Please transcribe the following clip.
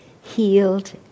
healed